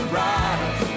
rise